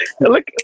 Look